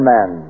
Man